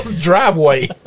driveway